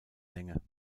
länge